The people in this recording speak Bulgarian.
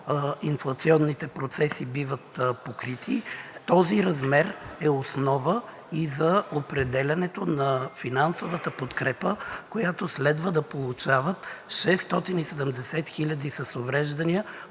инфлационните процеси биват покрити. Този размер е основа и за определянето на финансовата подкрепа, която следва да получават 670 хиляди с увреждания